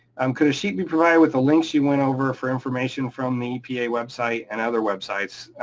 um could a sheet be provided with the links you went over for information from the epa website and other websites?